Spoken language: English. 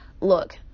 look